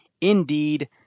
Indeed